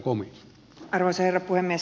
arvoisa herra puhemies